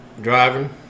driving